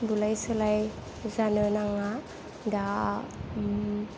बुलाय सोलाय जानो नाङा दा